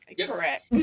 Correct